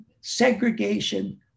segregation